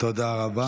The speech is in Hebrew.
תודה רבה.